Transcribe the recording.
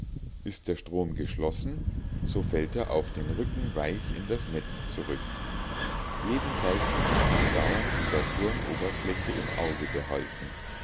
ist der strom geschlossen so fällt er auf den rücken weich in das netz zurück jedenfalls kann er andauernd die saturnoberfläche im auge behalten